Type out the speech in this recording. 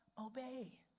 obey